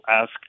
ask